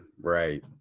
Right